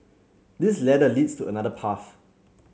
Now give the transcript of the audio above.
this ladder leads to another path